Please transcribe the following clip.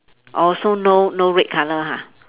orh so no no red colour ha